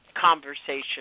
conversation